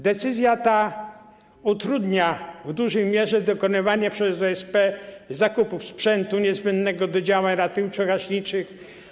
Decyzja ta utrudnia w dużej mierze dokonywanie przez OSP zakupów sprzętu niezbędnego do działań ratowniczo-gaśniczych.